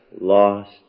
lost